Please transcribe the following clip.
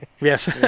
yes